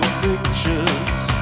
pictures